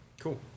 Cool